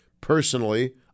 personally